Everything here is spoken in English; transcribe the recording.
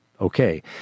Okay